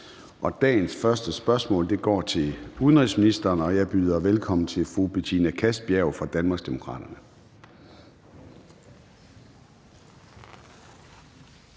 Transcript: Dagens første spørgsmål går til udenrigsministeren, og jeg byder velkommen til fru Betina Kastbjerg fra Danmarksdemokraterne.